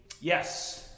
Yes